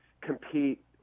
compete